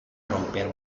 romper